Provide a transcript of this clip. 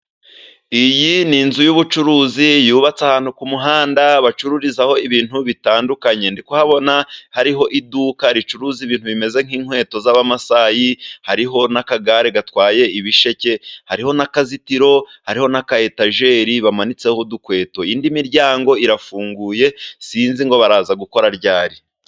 Iyi ni inzu y'ubucuruzi yubatse ahantu ku kumuhanda. Bacururizaho ibintu bitandukanye. Ndi kuhabona hariho iduka ricuruza ibintu bimeze nk'inkweto z'Abamasayi, hariho n'akagare gatwaye ibisheke, hariho n'akazitiro hariho na ka etajeri bamanitseho udukweto. Indi miryango irafunguye sinzi ngo baraza gukora ryari.